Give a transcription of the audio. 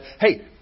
hey